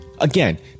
again